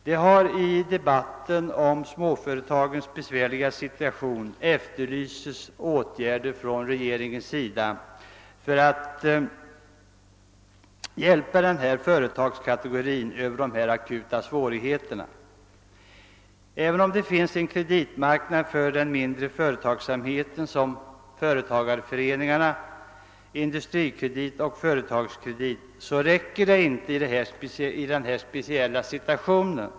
Det har i debatten om småföretagens besvärliga situation efterlysts åtgärder av regeringen för att hjälpa denna företagskategori över de akuta svårigheterna. Även om det finns en kreditmarknad för den mindre företagsamheten genom företagarföreningarna, AB Industrikredit och AB Företagskredit, räcker den inte i denna speciella situation.